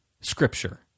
Scripture